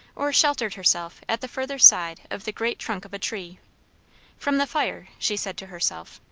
or sheltered herself at the further side of the great trunk of a tree from the fire, she said to herself.